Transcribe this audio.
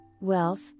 wealth